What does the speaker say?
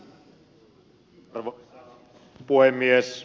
arvoisa puhemies